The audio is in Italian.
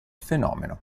fenomeno